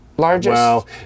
Largest